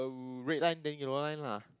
the red line then yellow line lah